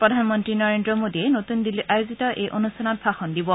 প্ৰধানমন্ত্ৰী নৰেন্দ্ৰ মোডীয়ে নতৃন দিল্লীত আয়োজিত এই অনুষ্ঠানত ভাষণ দিব